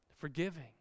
forgiving